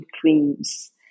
Creams